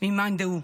ממאן דהוא,